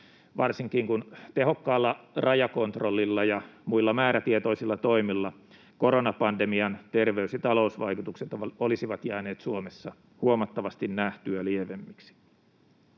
varsinkin kun tehokkaalla rajakontrollilla ja muilla määrätietoisilla toimilla koronapandemian terveys‑ ja talousvaikutukset olisivat jääneet Suomessa huomattavasti nähtyä lievemmiksi.